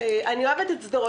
אני אוהבת את שדרות,